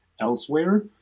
elsewhere